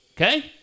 Okay